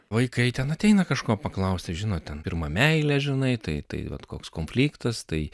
vaikai ten ateina kažko paklausti žinot ten pirmą meilę žinai tai tai vat koks konfliktas tai